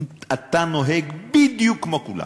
אתה נוהג בדיוק כמו כולם,